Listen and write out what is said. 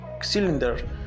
cylinder